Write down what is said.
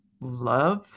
Love